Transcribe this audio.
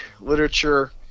literature